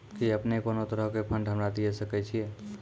कि अपने कोनो तरहो के फंड हमरा दिये सकै छिये?